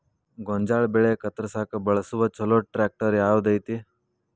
ಗೋಂಜಾಳ ಬೆಳೆ ಕತ್ರಸಾಕ್ ಬಳಸುವ ಛಲೋ ಟ್ರ್ಯಾಕ್ಟರ್ ಯಾವ್ದ್ ಐತಿ?